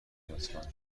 لطفا